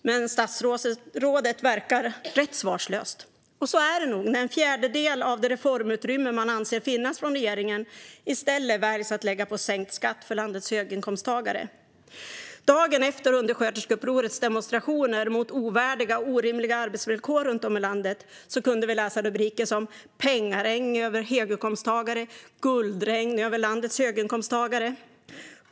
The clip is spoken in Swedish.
Men statsrådet verkar rätt svarslös, och så är det nog när regeringen i stället väljer att lägga en fjärdedel av det reformutrymme man anser finnas på sänkt skatt för landets höginkomsttagare. Dagen efter Undersköterskeupprorets demonstrationer mot ovärdiga och orimliga arbetsvillkor runt om i landet kunde vi läsa rubriker som "Pengaregn över höginkomsttagarna" och "Guldregn över landets höginkomsttagare".